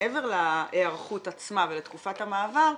מעבר להיערכות עצמה ולתקופת המעבר,